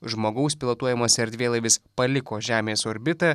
žmogaus pilotuojamas erdvėlaivis paliko žemės orbitą